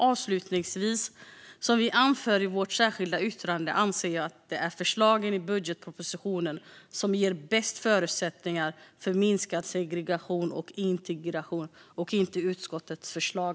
Avslutningsvis: Som vi anför i vårt särskilda yttrande anser jag att det är förslagen i budgetpropositionen som ger bäst förutsättningar för minskad segregation och bättre integration och inte utskottets förslag.